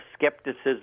skepticism